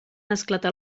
esclatar